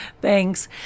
thanks